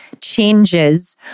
changes